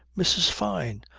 mrs. fyne!